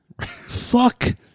Fuck